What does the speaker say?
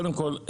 קודם כל,